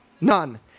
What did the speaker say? none